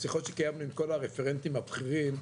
בשיחות שקיימנו עם כל הרפרנטים, עם כל הבכירים,